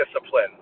discipline